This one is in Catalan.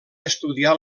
estudiar